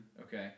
Okay